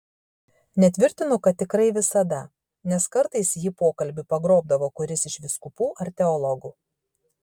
netvirtinu kad tikrai visada nes kartais jį pokalbiui pagrobdavo kuris iš vyskupų ar teologų